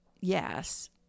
yes